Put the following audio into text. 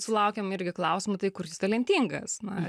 sulaukiam irgi klausimų tai kur jis talentingas na